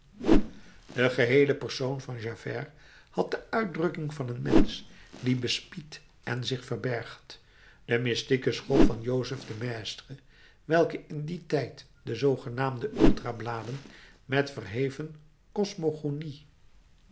de geheele persoon van javert had de uitdrukking van een mensch die bespiedt en zich verbergt de mystieke school van joseph de maistre welke in dien tijd de zoogenaamde ultra bladen met verheven cosmogonie